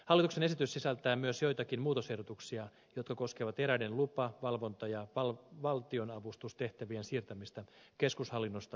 hallituksen esitys sisältää myös joitakin muutosehdotuksia jotka koskevat eräiden lupa valvonta ja valtionavustustehtävien siirtämistä keskushallinnosta aluehallintoon